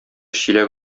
чиләк